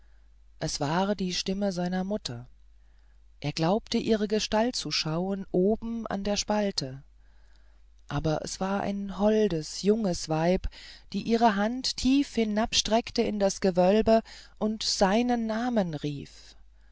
es war die stimme seiner mutter er glaubte ihre gestalt zu schauen oben an der spalte aber es war ein holdes junges weib die ihre hand tief hinabstreckte in das gewölbe und seinen namen rief